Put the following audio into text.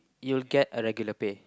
you'll get a regular pay